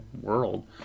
world